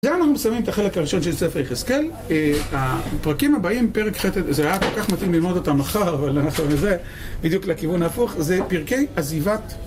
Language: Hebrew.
כאן אנחנו מסיימים את החלק הראשון של ספר יחזקאל. הפרקים הבאים, פרק ח'.., זה היה כל כך מתאים ללמוד אותם מחר, אבל אנחנו מזהה, בדיוק לכיוון ההפוך, זה פרקי עזיבת.